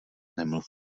nemluv